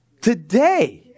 today